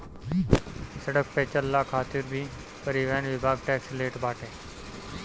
सड़क पअ चलला खातिर भी परिवहन विभाग टेक्स लेट बाटे